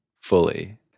fully